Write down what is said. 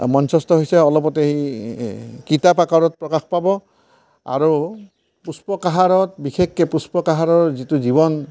মঞ্চস্থ হৈছে অলপতে এই কিতাপ আকাৰত প্ৰকাশ পাব আৰু পুষ্প কঁহাৰত বিশেষকৈ পুষ্প কঁহাৰৰ যিটো জীৱন